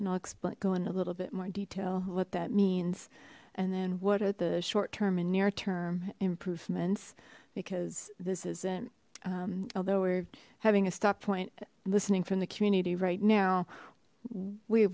explain go into a little bit more detail what that means and then what are the short term and near term improvements because this isn't um although we're having a stop point listening from the community right now we